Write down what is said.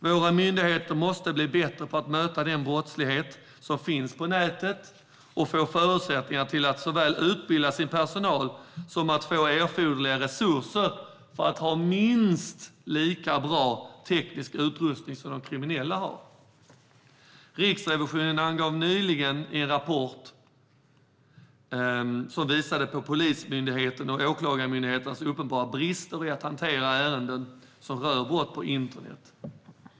Våra myndigheter måste bli bättre på att möta den brottslighet som finns på nätet och få såväl förutsättningar för att utbilda sin personal som erforderliga resurser för att ha minst lika bra teknisk utrustning som de kriminella. Riksrevisionen lämnade nyligen en rapport som visade på Polismyndighetens och Åklagarmyndighetens uppenbara brister i fråga om att hantera ärenden som rör brott på internet.